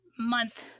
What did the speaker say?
month